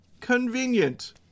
convenient